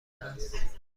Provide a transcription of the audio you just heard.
است